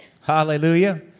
Hallelujah